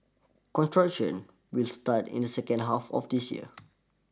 construction will start in the second half of this year